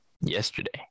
yesterday